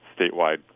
statewide